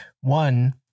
one